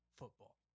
football